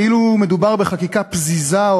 כאילו מדובר בחקיקה פזיזה,